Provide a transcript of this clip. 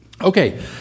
Okay